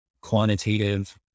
quantitative